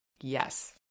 Yes